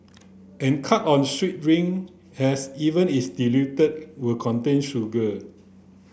and cut on sweet drink as even if diluted will contain sugar